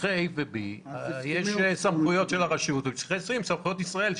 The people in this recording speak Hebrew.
יש סמכויות של הרשות וסמכויות ישראל,